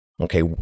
Okay